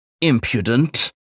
Impudent